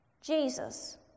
Jesus